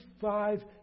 five